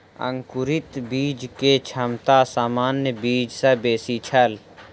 अंकुरित बीज के क्षमता सामान्य बीज सॅ बेसी छल